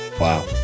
wow